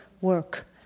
work